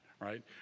right